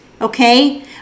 Okay